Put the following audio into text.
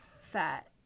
fat